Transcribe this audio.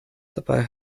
dabei